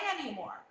anymore